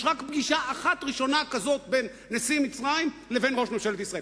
יש רק פגישה אחת ראשונה כזאת בין נשיא מצרים לבין ראש ממשלת ישראל.